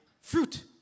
fruit